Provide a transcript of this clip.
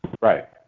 Right